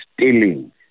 stealing